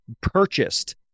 purchased